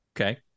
okay